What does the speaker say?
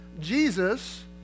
Jesus